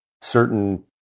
certain